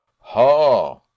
ha